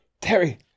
Terry